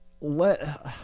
let